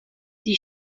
die